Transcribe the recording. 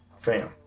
fam